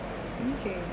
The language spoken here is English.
okay